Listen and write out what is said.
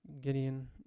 Gideon